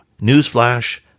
Newsflash